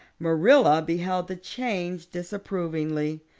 marilla beheld the change disapprovingly.